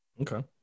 okay